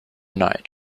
night